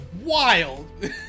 wild